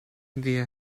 wir